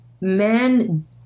men